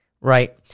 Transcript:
right